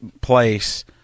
place